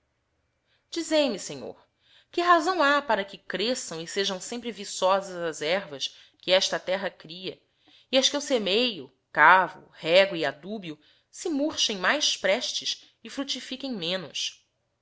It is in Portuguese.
dizei-me senhor que razão ha para que cresção e sejão sempre viçosas as hervas que esta terra cria e as que eu semeio cavo rego e adubio se murchem mais prestes e fructifiquem menos